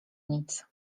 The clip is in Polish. nic